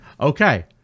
Okay